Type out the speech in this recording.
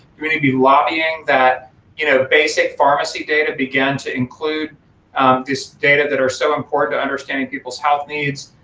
do we need to be lobbying that you know basic pharmacy data begin to include this data that are so important to understanding people's health needs?